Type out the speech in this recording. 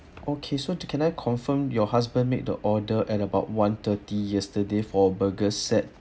okay so can I confirm your husband made the order at about one thirty yesterday for burger set